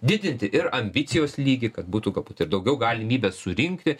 didinti ir ambicijos lygį kad būtų galbūt ir daugiau galim ybę surinkti